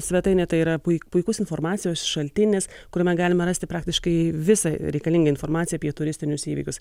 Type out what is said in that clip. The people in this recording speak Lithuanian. svetainė tai yra pui puikus informacijos šaltinis kuriame galima rasti praktiškai visą reikalingą informaciją apie turistinius įvykius